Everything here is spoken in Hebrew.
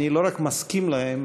אני לא רק מסכים להם,